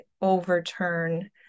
overturn